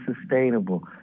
sustainable